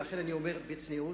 ולכן אני אומר בצניעות,